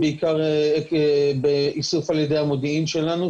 בעיקר דרך איסוף על ידי המודיעין שלנו,